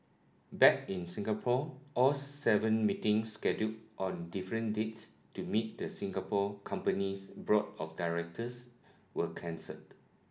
back in Singapore all seven meetings scheduled on different dates to meet the Singapore company's board of directors were cancelled